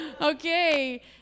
okay